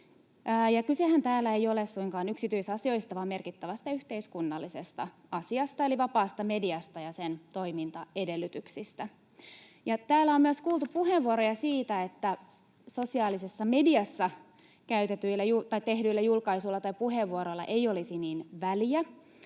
Kysehän täällä ei ole suinkaan yksityisasioista, vaan merkittävästä yhteiskunnallisesta asiasta eli vapaasta mediasta ja sen toimintaedellytyksistä. Täällä on myös kuultu puheenvuoroja siitä, että sosiaalisessa mediassa tehdyillä julkaisuilla tai puheenvuoroilla ei olisi niin väliä